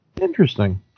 Interesting